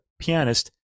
pianist